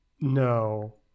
No